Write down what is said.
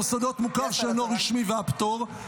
מוסדות מוכר שאינו רשמי והפטור,